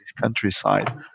countryside